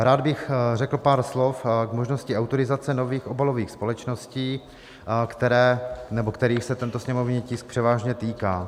Rád bych řekl pár slov k možnosti autorizace nových obalových společností, kterých se tento sněmovní tisk převážně týká.